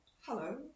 hello